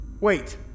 Wait